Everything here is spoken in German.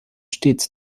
stets